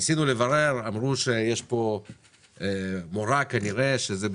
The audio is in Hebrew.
כשניסינו לברר אמרו שיש מורה שהפעילה